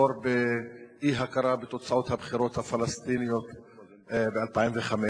עבור באי-הכרה בתוצאות הבחירות הפלסטיניות ב-2005,